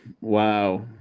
Wow